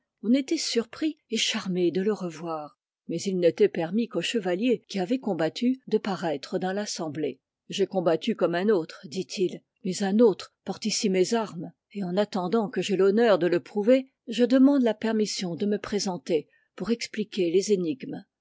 on était surpris et charmé de le revoir mais il n'était permis qu'aux chevaliers qui avaient combattu de paraître dans l'assemblée j'ai combattu comme un autre dit-il mais un autre porte ici mes armes et en attendant que j'aie l'honneur de le prouver je demande la permission de me présenter pour expliquer les énigmes